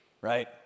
right